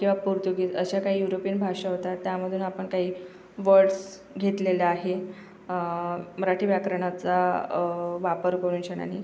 किंवा पोर्तुगीज अशा काही युरोपियन भाषा होत्या त्यामधून आपण काही वर्ड्स घेतलेले आहे मराठी व्याकरणाचा वापर करूनशनांनी